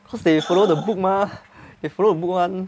cause they follow the book mah they follow the book [one]